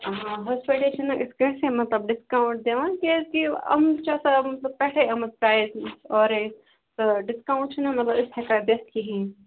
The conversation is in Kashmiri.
آ یِتھٕ پٲٹھۍ چھِنہٕ أسۍ کٲنٛسی مطلب ڈِسکَاوُنٛٹ دِوان کیٛازِ کہِ یِمن چھِ آسان مطلب پٮ۪ٹھٕے آمُت پرٛایِز اورے تہٕ ڈِسکاوُنٛٹ چھِنہٕ مطلب أسۍ ہٮ۪کان دِتھ کِہیٖنٛۍ